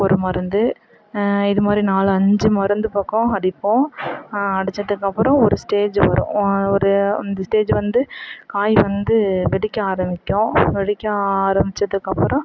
ஒரு மருந்து இது மாதிரி நாலு அஞ்சு மருந்து பக்கம் அடிப்போம் அடித்ததுக்கு அப்புறம் ஒரு ஸ்டேஜி வரும் ஒரு இந்த ஸ்டேஜி வந்து காய் வந்து வெடிக்க ஆரம்பிக்கும் வெடிக்க ஆரம்பித்ததுக்கு அப்புறம்